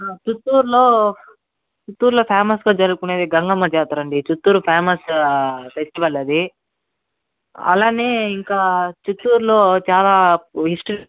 చిత్తూరులో చిత్తూరులో ఫేమస్గా జరుపుకునేవి గంగమ్మ జాతరండి చిత్తూరు ఫేమస్ ఫెస్టివల్ అదీ అలానే ఇంకా చిత్తూరులో చాలా ఇష్టు